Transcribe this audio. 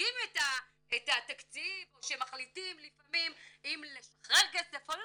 ומייצגים את התקציב או שמחליטים לפעמים אם לשחרר כסף או לא,